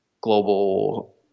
global